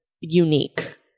unique